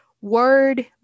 Word